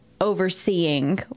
overseeing